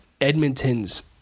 Edmonton's